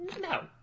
no